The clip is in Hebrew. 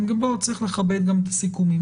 גם צריך לכבד את הסיכומים,